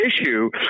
issue